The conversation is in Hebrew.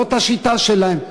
זו השיטה שלהם.